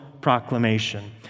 proclamation